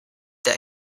that